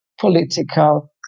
political